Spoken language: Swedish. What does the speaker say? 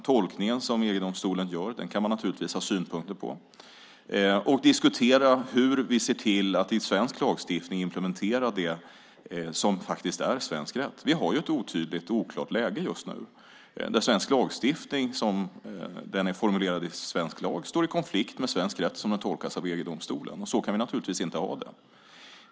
Man kan naturligtvis ha synpunkter på den tolkning som EG-domstolen gör. Vi måste diskutera hur vi ser till att implementera det som faktiskt är svensk rätt i svensk lagstiftning. Vi har ett otydligt och oklart läge just nu där svensk lagstiftning som den är formulerad står i konflikt med svensk rätt som den tolkas av EG-domstolen. Så kan vi naturligtvis inte ha det.